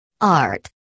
Art